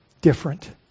different